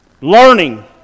learning